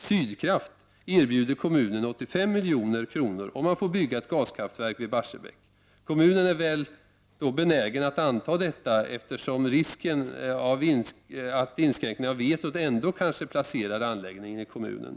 Sydkraft erbjuder kommunen 85 milj.kr. om man får bygga ett gaskraftverk vid Barsebäck. Kommunen är kanske benägen att anta detta, eftersom risken finns att inskränkningen av vetot ändå kanske gör att anläggningen placeras i kommunen.